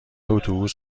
اتوبوس